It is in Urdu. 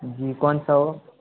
جی کون سا وہ